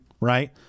right